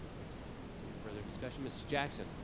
excellent, any further discussion? miss jackson?